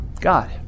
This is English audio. God